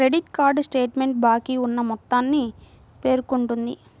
credit card statement బాకీ ఉన్న మొత్తాన్ని పేర్కొంటుంది